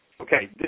Okay